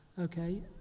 okay